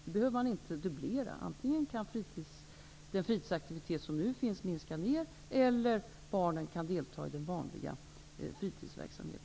Då behöver man inte dubblera den. Antingen kan den fritidsaktivitet som nu finns minska ner eller också kan barnen delta i den vanliga fritidsverksamheten.